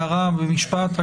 הערה במשפט אחד?